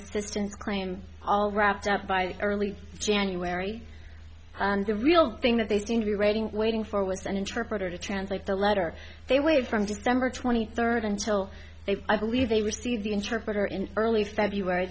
assistance claim all wrapped up by early january and the real thing that they seem to be waiting waiting for was an interpreter to translate the letter they wave from december twenty third and so they i believe they received an interpreter in early february